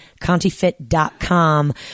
ContiFit.com